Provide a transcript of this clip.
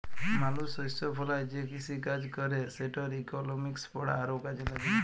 মালুস শস্য ফলায় যে কিসিকাজ ক্যরে সেটর ইকলমিক্স পড়া আরও কাজে ল্যাগল